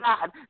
God